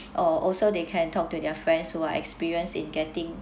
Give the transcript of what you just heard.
or also they can talk to their friends who are experienced in getting